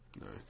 Nice